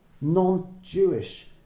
non-Jewish